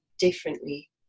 differently